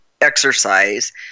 exercise